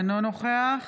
אינו נוכח